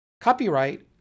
Copyright